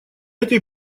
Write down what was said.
этой